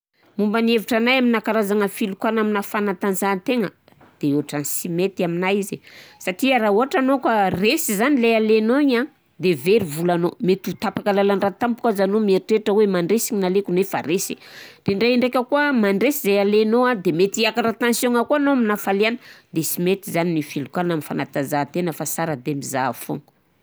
Momba ny hevitranahy amina karazagna filokana amina fanatanjahantegna de otrany sy mety aminay izy satria raha ôhatra anao ka resy zany le alainao igny an de very volanao, mety ho tapaka lalan-dra tampoka aza anao mieritreritra hoe mandresy ny naleko nefa resy de ndraikandraika koà mandresy zay alainao an de mety hiakatra tensiôgna koà anao amin'hafaliagna de sy mety zany ny filokana amina fanatanjahantegna fa sara de mizaha foana.